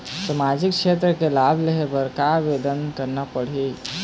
सामाजिक क्षेत्र के लाभ लेहे बर का आवेदन करना पड़ही?